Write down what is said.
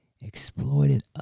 exploited